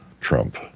Trump